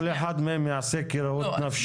כל אחד מהם יעשה כראות עיניו,